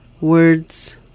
Words